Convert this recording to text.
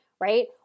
right